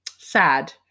sad